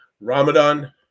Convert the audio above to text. ramadan